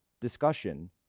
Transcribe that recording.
discussion